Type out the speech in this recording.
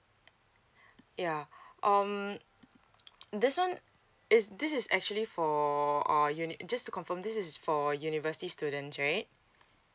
yeah um this one is this is actually for uh unit just to confirm this is for university students right